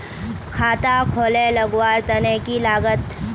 खाता खोले लगवार तने की लागत?